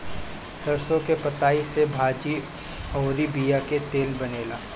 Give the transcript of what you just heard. सरसों के पतइ से भाजी अउरी बिया के तेल बनेला